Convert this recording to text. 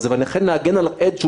ואני לא רוצה להגיע לזה.